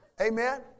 Amen